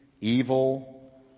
evil